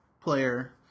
player